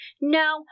No